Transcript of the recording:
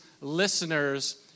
listeners